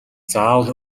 заавал